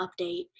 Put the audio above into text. update